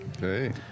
Hey